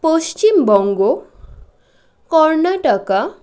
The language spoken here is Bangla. পশ্চিমবঙ্গ কর্ণাটক